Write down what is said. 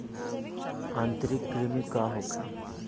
आंतरिक कृमि का होखे?